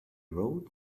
rode